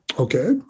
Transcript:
okay